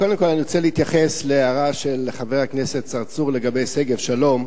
קודם כול אני רוצה להתייחס להערה של חבר הכנסת צרצור לגבי שגב-שלום.